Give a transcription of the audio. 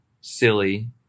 silly